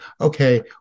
okay